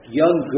young